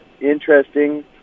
interesting